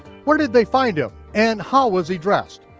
where did they find him, and how was he dressed?